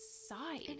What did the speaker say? side